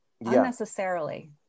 unnecessarily